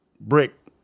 brick